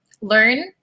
learn